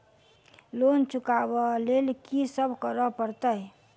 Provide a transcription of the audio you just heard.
Loan चुका ब लैल की सब करऽ पड़तै?